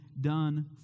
done